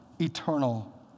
eternal